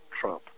Trump